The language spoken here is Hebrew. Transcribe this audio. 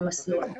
אני